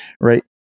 right